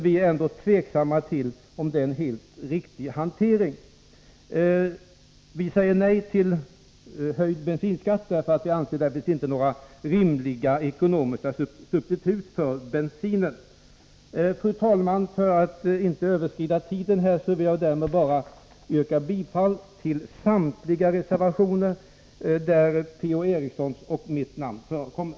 Vi är ändå tveksamma till om detta är en riktig hantering. Vi säger nej till höjd bensinskatt, eftersom vi inte anser att det finns några rimliga ekonomiska substitut för bensinen. Fru talman! För att inte överskrida tiden vill jag härmed bara yrka bifall till samtliga reservationer där Per-Ola Eriksson och mitt namn förekommer.